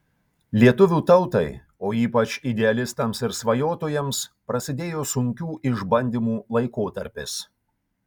lietuvių tautai o ypač idealistams ir svajotojams prasidėjo sunkių išbandymų laikotarpis